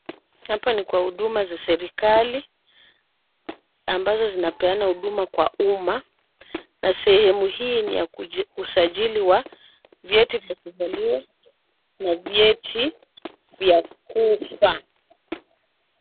Hapa ni kwa huduma za serikali ambazo zinapeana huduma kwa umma na sehemu hii ni ya usajili wa vyeti vya kuzaliwa na vyeti vya kufa.